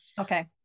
Okay